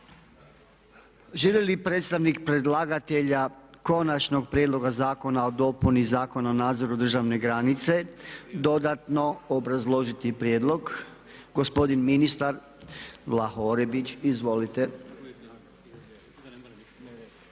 Želi li predstavnik predlagatelja Konačnog prijedloga zakona o dopuni Zakona o nadzoru državne granice dodatno obrazložiti prijedlog? Gospodin ministar Vlaho Orepić, izvolite.